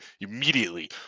immediately